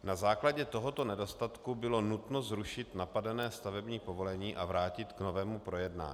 Na základě tohoto nedostatku bylo nutno zrušit napadené stavební povolení a vrátit k novému projednání.